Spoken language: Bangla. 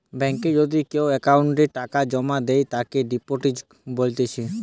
বেঙ্কে যদি কেও অ্যাকাউন্টে টাকা জমা করে তাকে ডিপোজিট বলতিছে